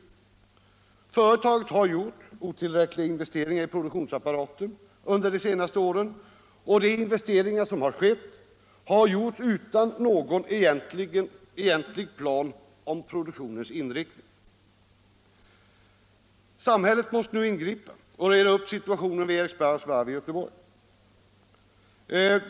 Företaget har gjort otillräckliga investeringar i produktionsapparaten under de senaste åren, och de investeringar som skett har företagits utan någon egentlig plan för produktionens inriktning. Samhället måste nu ingripa och reda upp situationen vid Eriksbergs varv i Göteborg.